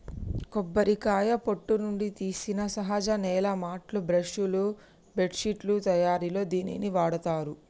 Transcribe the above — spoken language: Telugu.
కొబ్బరికాయ పొట్టు నుండి తీసిన సహజ నేల మాట్లు, బ్రష్ లు, బెడ్శిట్లు తయారిలో దీనిని వాడతారు